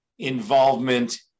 involvement